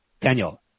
Daniel